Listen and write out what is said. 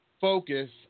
focus